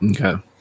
okay